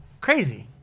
crazy